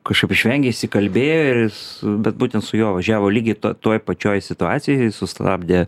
kažkaip išvengė išsikalbėjo ir jis bet būtent su juo važiavo lygiai to toj pačioj situacijoj sustabdė